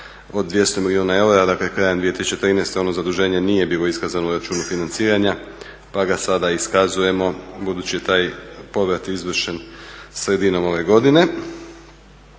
od 200 milijuna eura, dakle krajem 2013. ono zaduženje nije bilo iskazano u računu financiranja, pa ga sada iskazujemo budući da je taj povrat izvršen sredinom ove godine.